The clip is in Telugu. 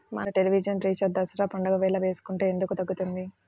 మన టెలివిజన్ రీఛార్జి దసరా పండగ వేళ వేసుకుంటే ఎందుకు తగ్గుతుంది?